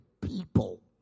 people